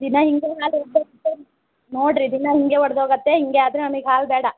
ದಿನಾ ಹೀಗೆ ಹಾಲು ಒಡ್ದು ನೋಡಿರಿ ದಿನಾ ಹೀಗೇ ಒಡ್ದು ಹೋಗುತ್ತೆ ಹೀಗೆ ಆದರೆ ನಮಗೆ ಹಾಲು ಬೇಡ